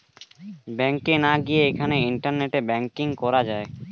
ব্যাংকে না গিয়েই এখন ইন্টারনেটে ব্যাঙ্কিং করা যায়